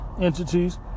entities